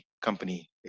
company